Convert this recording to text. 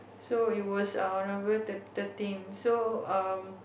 so it was err November thir~ thirteen so err